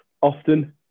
often